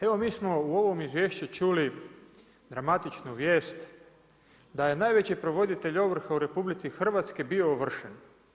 Evo mi smo u ovom izvješću čuli dramatičnu vijest da je najveći provoditelj ovrhe u RH bio ovršen.